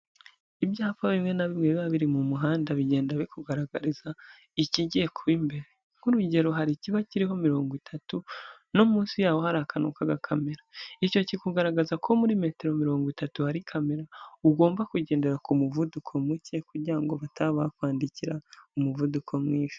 Ibyapa bimwe na bimwe biba biri mu muhanda bigenda bikugaragariza ikigiye kuba imbere nk'urugero, hari ikiba kiriho mirongo itatu no munsi yaho hari akantu k'agakamera icyo ki kugaragaza ko muri metero mirongo itatu hari kamera, ugomba kwigendera ku muvuduko muke kugira ngo bataba kwandikira umuvuduko mwinshi.